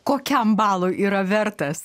kokiam balui yra vertas